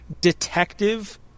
detective